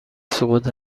سقوط